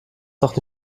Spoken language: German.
doch